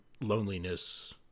loneliness